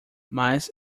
mas